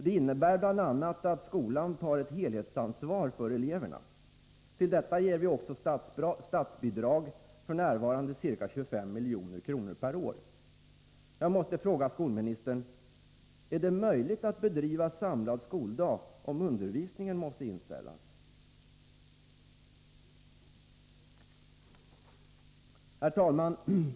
Det innebär bl.a. att skolan tar ett helhetsansvar för eleverna. Till detta ger vi också statsbidrag, f. n. ca 25 milj.kr. per år. Jag måste fråga skolministern: Är det möjligt att bedriva samlad skoldag om undervisningen måste inställas? Herr talman!